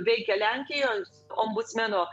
veikė lenkijos ombudsmeno